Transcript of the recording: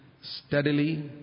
steadily